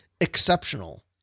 exceptional